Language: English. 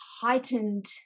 heightened